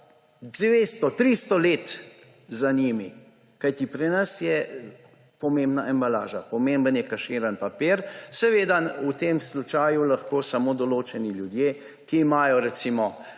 200, 300 let za njimi, kajti pri nas je pomembna embalaža, pomemben je kaširan papir. Seveda v tem slučaju lahko samo določeni ljudje, ki imajo recimo